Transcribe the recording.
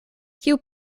kiu